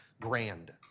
grand